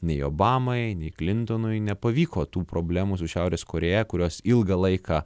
nei obamai nei klintonui nepavyko tų problemų su šiaurės korėja kurios ilgą laiką